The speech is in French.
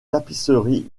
tapisseries